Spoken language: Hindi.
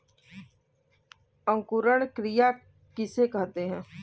अंकुरण क्रिया किसे कहते हैं?